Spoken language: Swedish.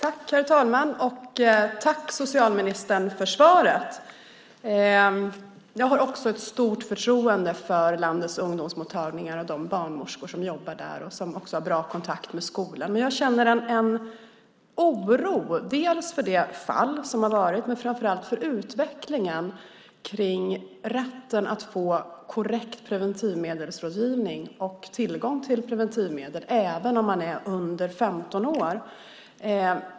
Herr talman! Tack för svaret, socialministern! Också jag har ett stort förtroende för landets ungdomsmottagningar och de barnmorskor som jobbar där, och som också har bra kontakt med skolan. Men jag känner en oro inför det fall som har varit men framför allt inför utvecklingen när det gäller rätten att få korrekt preventivmedelsrådgivning och tillgång till preventivmedel även om man är under 15 år.